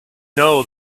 know